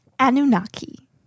Anunnaki